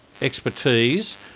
expertise